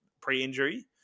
pre-injury